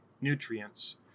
nutrients